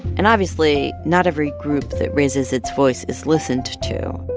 and obviously, not every group that raises its voice is listened to.